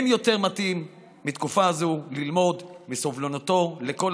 אין יותר מתאים מתקופה זו ללמוד מסבלנותו לכל